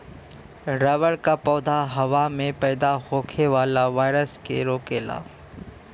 rubber क पौधा हवा में पैदा होखे वाला वायरस के रोकेला